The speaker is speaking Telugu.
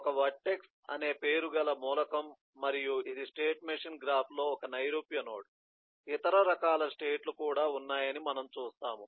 ఒక వర్టెక్స్ అనే పేరు గల మూలకం మరియు ఇది స్టేట్ మెషిన్ గ్రాఫ్లో ఒక నైరూప్య నోడ్ ఇతర రకాల స్టేట్ లు కూడా ఉన్నాయని మనం చూస్తాము